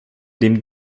dem